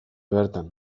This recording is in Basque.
bertan